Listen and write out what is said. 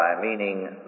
meaning